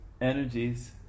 energies